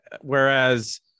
whereas